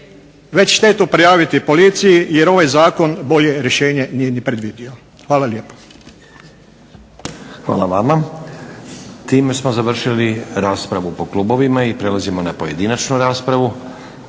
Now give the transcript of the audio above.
već štetu prijaviti policiji jer ovaj zakon bolje rješenje nije ni predvidio. Hvala lijepa. **Stazić, Nenad (SDP)** Hvala vama. Time smo završili raspravu po klubovima i prelazimo na pojedinačnu raspravu.